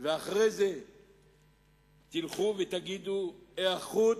ואחרי זה תלכו ותגידו: היערכות,